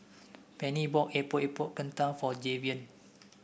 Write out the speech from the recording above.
Penni bought Epok Epok Kentang for Javion